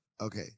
Okay